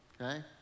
okay